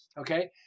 Okay